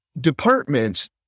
departments